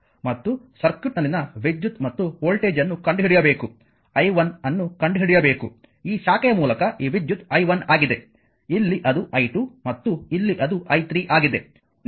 ಮತ್ತು ಸರ್ಕ್ಯೂಟ್ನಲ್ಲಿನ ವಿದ್ಯುತ್ ಮತ್ತು ವೋಲ್ಟೇಜ್ ಅನ್ನು ಕಂಡುಹಿಡಿಯಬೇಕು i1 ಅನ್ನು ಕಂಡುಹಿಡಿಯಬೇಕು ಈ ಶಾಖೆಯ ಮೂಲಕ ಈ ವಿದ್ಯುತ್ i1 ಆಗಿದೆ ಇಲ್ಲಿ ಅದು i2 ಮತ್ತು ಇಲ್ಲಿ ಅದು i3 ಆಗಿದೆ